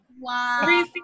Wow